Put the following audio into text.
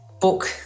book